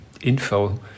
info